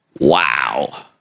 wow